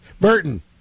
Burton